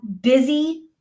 busy